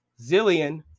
zillion